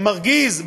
מרגיז,